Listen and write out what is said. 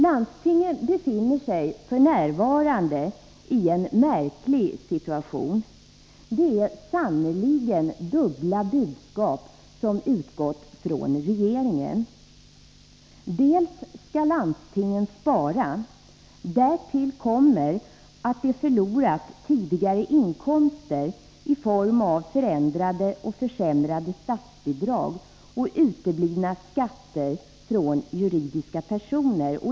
Landstingen befinner sig f. n. i en märklig situation. Det är sannerligen dubbla budskap som utgått från regeringen. Först och främst skall landstingen spara. Därtill kommer att de förlorat tidigare inkomster i form av försämrade statsbidrag och uteblivna skatter från juridiska personer.